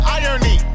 irony